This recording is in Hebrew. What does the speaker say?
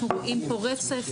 אנחנו נותנים פה רצף,